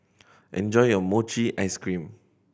enjoy your mochi ice cream